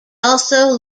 also